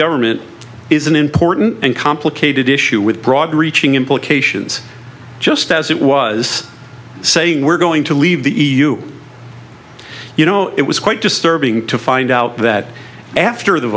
government is an important and complicated issue with broad reaching implications just as it was saying we're going to leave the e u you know it was quite disturbing to find out that after the